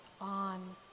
on